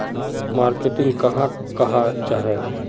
Marketing कहाक को जाहा?